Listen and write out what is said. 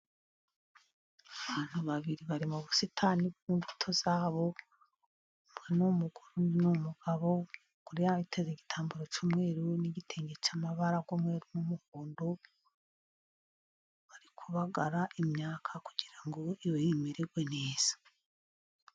Abantu babiri bari mu busitani bw'imbuto zabo, umwe n'umugore undi n'umugabo, umugore ateze igitambaro cy'umweru n'igitenge cy'amabara y'umweru n'umuhondo, bari kubagara imyaka kugira ngo imererwe neza.